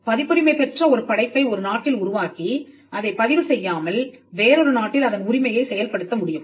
பதிப்புரிமை பெற்ற ஒரு படைப்பை ஒரு நாட்டில் உருவாக்கி அதைப் பதிவு செய்யாமல் வேறொரு நாட்டில் அதன் உரிமையை செயல்படுத்த முடியும்